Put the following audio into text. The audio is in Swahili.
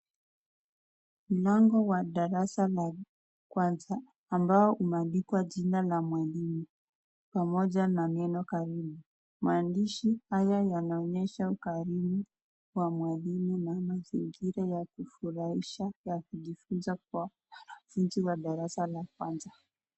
Mlango wa darasa la kwanza ambao umeandikwa jina na mwalimu pamoja na neno karibu. Maandishi haya yanaonyesha ukarimi wa mwalimu na mazingira ya kufurahisha ya kujifunzwa kwa wanafunzi wa darasa ya kwanza.